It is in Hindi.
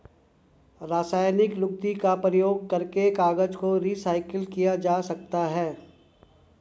रासायनिक लुगदी का प्रयोग करके कागज को रीसाइकल किया जा सकता है